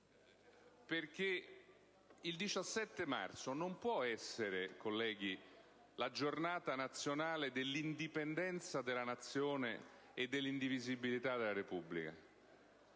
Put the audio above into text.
avviso, il 17 marzo non può essere considerata la Giornata nazionale dell'Indipendenza della Nazione e della Indivisibilità della Repubblica.